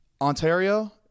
Ontario